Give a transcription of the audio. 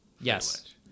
Yes